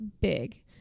big